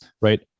Right